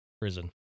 prison